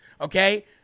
okay